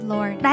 Lord